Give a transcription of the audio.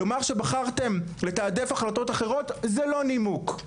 לומר שבחרתם לתעדף החלטות אחרות זה לא נימוק.